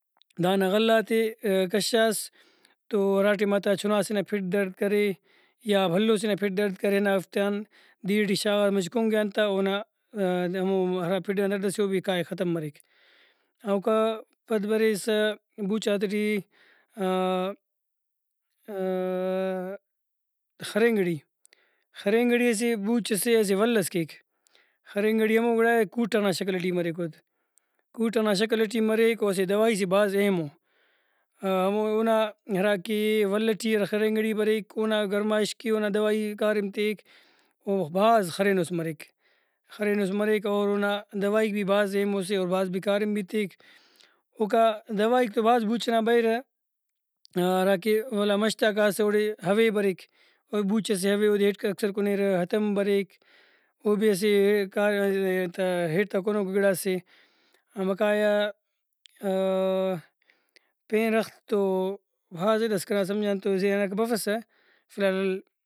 دانا غلہ غاتے کشاس تو ہرا ٹائماتا چُناسنا پھڈ دڑد یا بھلوسے نا پھڈ دڑد کرےہنافتیان دیر ٹی شاغامچہ کُنگ ایہان تہ اونا ہمو ہرا پھڈ ئنا دڑد سے او بھی کائک ختم مریک اوکا پد بریسہ بوچاتے ٹی خرین گرڑی خرین گرڑی اسہ بوچ سے اسہ ول ئس کیک خرین گرڑی ہمو گڑائے کوٹغ نا شکل ٹی مریک اود کوٹغ نا شکل ٹی مریک او اسہ دوائی سے بھاز اہمو۔ ہمو اونا ہراکہ ول ٹی ہرا خرین گرڑی بریک اونا گرمائش کہ اونا دوائی کاریم تیک او بھاز خرینوس مریک خرینوس مریک اور اونا دوائی بھی بھاز اہموسے اور بھاز بھی کاریم بھی تیک اوکا دوائیک تو بھاز بُوچ ئنا بریرہ ہراکہ ولا مش تا کاسہ اوڑے ہوے بریک او بُوچ سے ہوے اودے ہیٹک اکثر کنیرہ ہتم بریک او بھی اسہ ہیٹ تا کنوکو گڑاسے ہاں بقایا پین درخت تو بھازے داسہ کنا سمجھان تو ذہنا کہ بفسہ فلحال